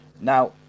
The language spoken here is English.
Now